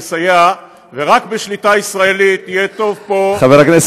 לסכל כל ניסיון טרור או פיגוע גם במלחמה,